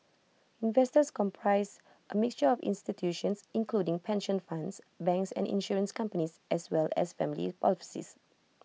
investors comprise A mixture of institutions including pension funds banks and insurance companies as well as family offices